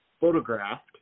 photographed